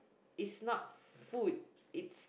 is not food it's